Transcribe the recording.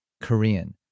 Korean